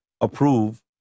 approve